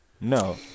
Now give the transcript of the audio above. no